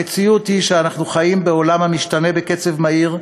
המציאות היא שאנחנו חיים בעולם המשתנה בקצב מהיר,